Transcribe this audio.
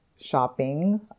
shopping